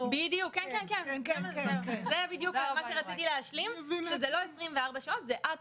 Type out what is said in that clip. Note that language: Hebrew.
זה בדיוק מה שרציתי להשלים, שזה לא 24 שעות, זה עד